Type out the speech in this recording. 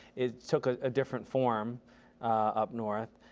it took a different form up north.